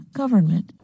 government